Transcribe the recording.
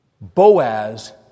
Boaz